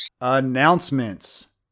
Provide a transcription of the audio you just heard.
Announcements